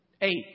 Eight